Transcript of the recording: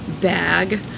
bag